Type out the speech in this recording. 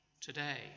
today